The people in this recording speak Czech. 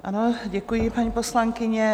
Ano, děkuji, paní poslankyně.